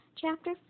Chapter